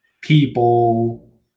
People